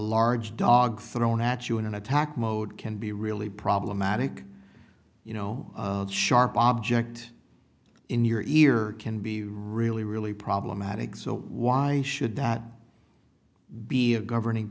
large dog thrown at you in an attack mode can be really problematic you know sharp object in your ear can be really really problematic so why should that be a governing